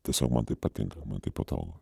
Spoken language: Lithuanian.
tiesiog man tai patinka man taip patogu